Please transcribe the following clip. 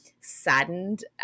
saddened